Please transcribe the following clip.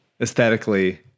aesthetically